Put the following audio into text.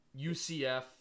UCF